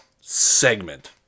segment